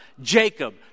Jacob